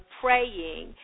praying